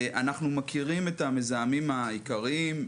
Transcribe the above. אנחנו מכירים את המזהמים העיקריים,